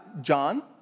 John